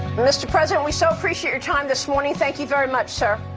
mr. president, we so appreciate your time this morning. thank you very much, sir.